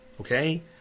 Okay